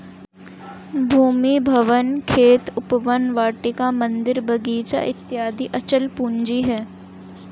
भूमि, भवन, खेत, उपवन, वाटिका, मन्दिर, बगीचा इत्यादि अचल पूंजी है